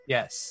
Yes